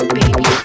baby